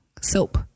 soap